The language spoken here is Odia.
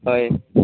କହିବି